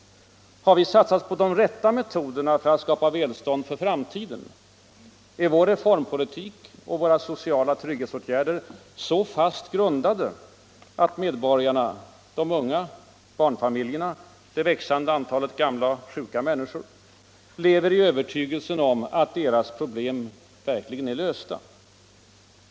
Har vi satsat på de rätta metoderna för att skapa välstånd för framtiden? Är vår reformpolitik och våra sociala trygghetsåtgärder så fast grundade att medborgarna — de unga, barnfamiljerna och det växande antalet gamla och sjuka människor — lever i övertygelsen om att deras problem verkligen är lösta?